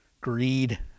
greed